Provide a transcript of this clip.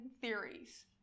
theories